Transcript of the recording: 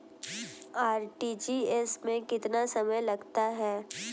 RTGS में कितना समय लगता है?